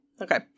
okay